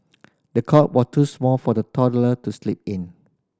the cot was too small for the toddler to sleep in